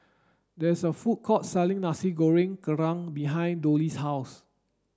there is a food court selling Nasi Goreng Kerang behind Dollie's house